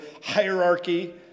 hierarchy